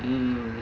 mm